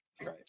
right